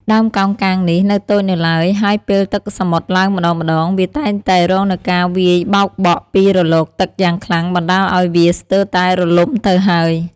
ដើមកោងកាងនេះនៅតូចនៅឡើយ ហើយពេលទឹកសមុទ្រឡើងម្ដងៗ វាតែងតែរងនូវការវាយបោកបក់ពីរលកទឹកយ៉ាងខ្លាំងបណ្ដាលឲ្យវាស្ទើរតែរលំទៅហើយ។